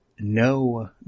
No